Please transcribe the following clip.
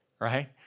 right